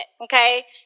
okay